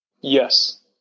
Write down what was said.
Yes